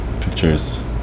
Pictures